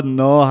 no